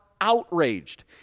outraged